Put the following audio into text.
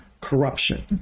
corruption